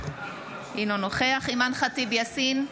אינו נוכח אימאן ח'טיב יאסין,